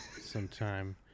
Sometime